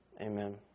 Amen